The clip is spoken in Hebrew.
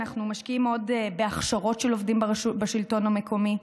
אנחנו משקיעים עוד בהכשרות של עובדים בשלטון המקומי,